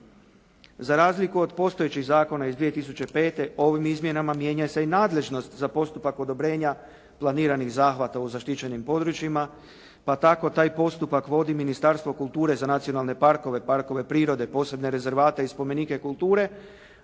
Za razliku od postojećih zakona iz 2005. ovim izmjenama mijenja se i nadležnost za postupak odobrenja planiranih zahvata u zaštićenim područjima, pa tako taj postupak vodi Ministarstvo kulture za nacionalne parkove, parkove prirode, posebne rezervate i spomenike kulture,